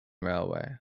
railway